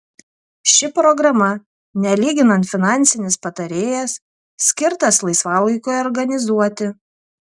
ši programa nelyginant finansinis patarėjas skirtas laisvalaikiui organizuoti